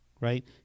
right